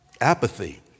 Apathy